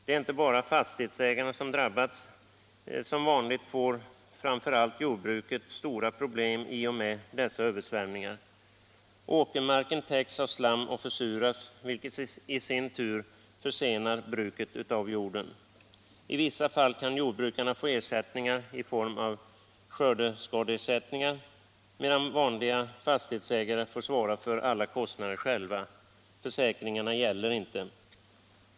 Det är inte bara fastighetsägare som drabbats - som vanligt får framför allt jordbruket stora problem i och med dessa översvämningar. Åkermarken täcks av slam och försuras, vilket i sin tur försenar bruket av jorden. I vissa fall kan jordbrukarna få gottgörelse i form av skördeskadeersättning, medan vanliga fastighetsägare får svara för alla kostnader själva. Försäkringarna gäller inte!